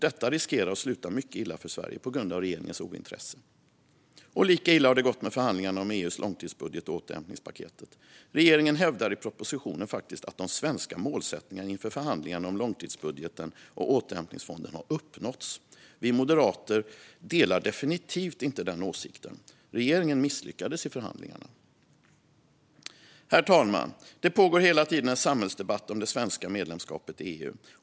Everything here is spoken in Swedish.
Detta riskerar att sluta mycket illa för Sverige på grund av regeringens ointresse. Lika illa har det gått med förhandlingarna om EU:s långtidsbudget och återhämtningspaketet. Regeringen hävdar faktiskt i propositionen att de svenska målsättningarna inför förhandlingarna om långtidsbudgeten och återhämtningsfonden har uppnåtts. Vi moderater delar definitivt inte den åsikten. Regeringen misslyckades i förhandlingarna. Herr talman! Det pågår hela tiden en samhällsdebatt om det svenska medlemskapet i EU.